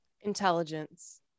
intelligence